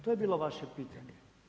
To je bilo vaše pitanje.